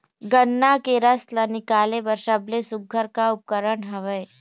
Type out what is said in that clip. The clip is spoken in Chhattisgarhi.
गन्ना के रस ला निकाले बर सबले सुघ्घर का उपकरण हवए?